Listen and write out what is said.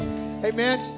Amen